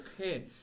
okay